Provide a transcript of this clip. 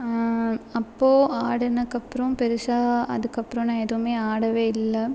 அப்போ ஆடுனதுக்கப்புறம் பெருசாக அதுக்கப்புறம் நான் எதுவும் ஆடவே இல்லை